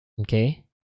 Okay